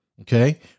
Okay